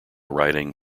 riding